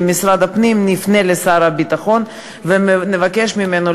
כמשרד הפנים נפנה לשר הביטחון ונבקש ממנו